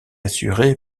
assurée